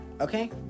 okay